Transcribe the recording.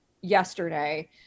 yesterday